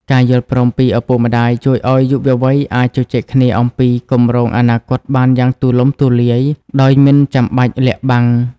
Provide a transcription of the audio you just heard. ការយល់ព្រមពីឪពុកម្ដាយជួយឱ្យយុវវ័យអាចជជែកគ្នាអំពីគម្រោងអនាគតបានយ៉ាងទូលំទូលាយ ដោយមិនចាំបាច់លាក់បាំង។